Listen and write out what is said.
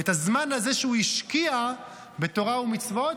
את הזמן הזה שהוא השקיע בתורה ומצוות,